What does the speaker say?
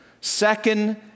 Second